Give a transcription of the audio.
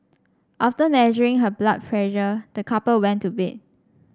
after measuring her blood pressure the couple went to bed